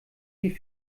die